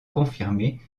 confirmée